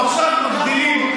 עכשיו מגדילים,